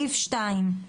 סעיף (2).